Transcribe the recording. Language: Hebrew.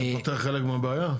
וזה פותר חלק מהבעיה?